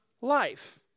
life